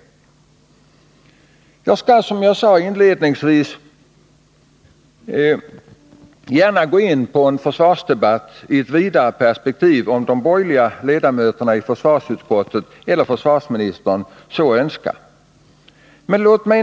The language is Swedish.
försvarsdeparte Jag skall, som jag sade inledningsvis, gärna gå in på en försvarsdebatt i ett mentets verksamvidare perspektiv, om de borgerliga ledamöterna i försvarsutskottet eller heotsområde försvarsministern så önskar. Men låt mig